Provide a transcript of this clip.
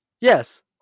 Yes